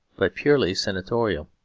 but purely senatorial.